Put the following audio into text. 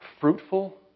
fruitful